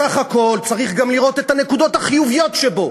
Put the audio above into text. בסך הכול צריך גם לראות את הנקודות החיוביות שבו,